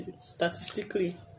statistically